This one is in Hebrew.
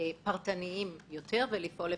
פרטניים יותר, ולפעול לפיהם.